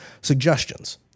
suggestions